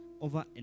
over